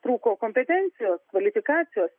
trūko kompetencijos kvalifikacijos